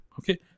Okay